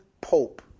pope